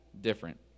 different